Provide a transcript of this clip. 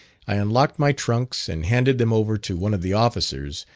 i unlocked my trunks and handed them over to one of the officers,